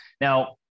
Now